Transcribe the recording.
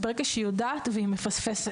ברגע שהיא יודעת והיא מפספסת.